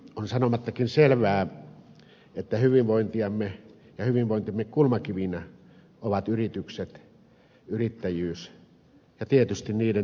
on sanomattakin selvää että hyvinvointimme kulmakivinä ovat yritykset yrittäjyys ja tietysti niiden työntekijät